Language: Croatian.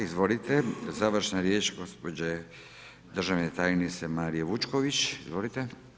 Izvolite, završna riječ gospođe državne tajnice Marije Vučković, izvolite.